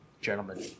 gentlemen